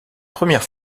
première